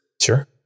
Sure